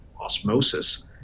osmosis